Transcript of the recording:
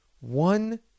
One